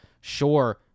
Sure